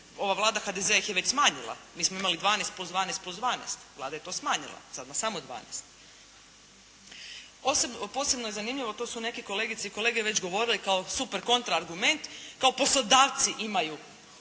ova Vlada HDZ ih je već smanjila. Mi smo imali 12 plus 12 plus 12. Vlada je to smanjila. Sada je samo 12. Posebno je zanimljivo, tu su neki kolegice i kolege već govorile kao super kontra argument, kao poslodavci imaju,